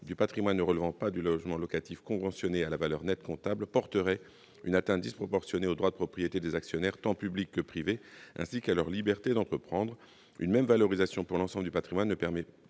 du patrimoine ne relevant pas du logement locatif conventionné à la valeur nette comptable porterait une atteinte disproportionnée au droit de propriété des actionnaires, tant publics que privés, ainsi qu'à leur liberté d'entreprendre. Une même valorisation pour l'ensemble du patrimoine ne permet de